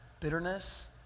bitterness